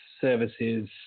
services